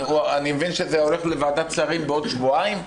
אני מבין שזה עובר לוועדת שרים בעוד שבועיים.